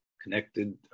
Connected